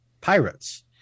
pirates